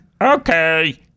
Okay